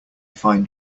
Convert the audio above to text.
find